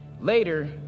Later